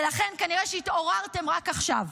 ולכן כנראה התעוררתם רק עכשיו,